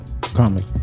comic